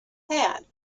had